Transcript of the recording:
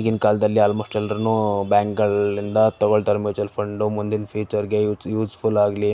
ಈಗಿನ ಕಾಲದಲ್ಲಿ ಆಲ್ಮೋಸ್ಟ್ ಎಲ್ಲರುನೂ ಬ್ಯಾಂಕ್ಗಳಿಂದ ತಗೋಳ್ತಾರೆ ಮ್ಯುಚುವಲ್ ಫಂಡು ಮುಂದಿನ ಫ್ಯೂಚರ್ಗೆ ಯೂಸ್ ಯೂಸ್ಫುಲ್ ಆಗಲಿ